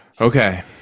okay